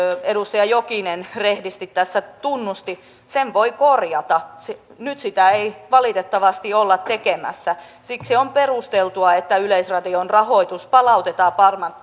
edustaja jokinen rehdisti tässä tunnusti sen voi korjata nyt sitä ei valitettavasti olla tekemässä siksi on perusteltua että yleisradion rahoitus palautetaan